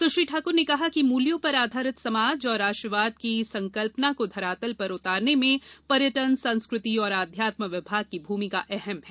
सुश्री ठाकुर ने कहा कि मूल्यों पर आधारित समाज और राष्ट्रवाद की संकल्पना को धरातल पर उतारने में पर्यटन संस्कृति और आध्यात्म विभाग की भूमिका अहम् है